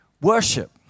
worship